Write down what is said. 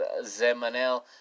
Zemanel